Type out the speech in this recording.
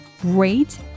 Great